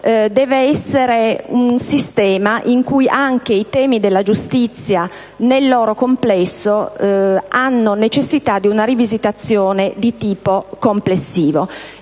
del detenuto; ma anche i temi della giustizia, nel loro complesso, hanno necessità di una rivisitazione di tipo complessivo.